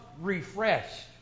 refreshed